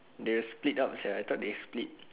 the split up sia I thought they split